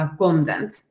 content